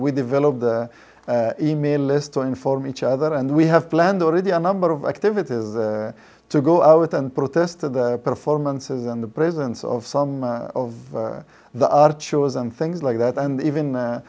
we developed an email list to inform each other and we have planned already a number of activities to go out and protest to the performances in the presence of some of the art shows and things like that and even